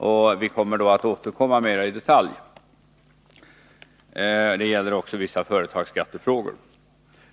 Vi återkommer då mera i detalj — detsamma gäller vissa företagsskattefrågor.